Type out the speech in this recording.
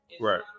Right